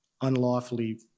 unlawfully